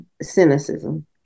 cynicism